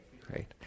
Great